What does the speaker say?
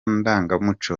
ndangamuco